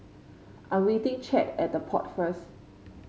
I'm meeting Chadd at The Pod first